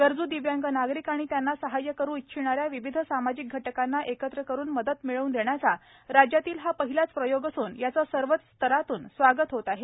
गरजू दिव्यांग नागरिक आणि त्यांना सहाय्य करू इच्छिणाऱ्या विविध सामाजिक घटकांना एकत्र करून मदत मिळवून देण्याचा राज्यातील हा पहिलाच प्रयोग स सून याचे सर्व स्तरातून स्वागत होत आहे